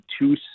two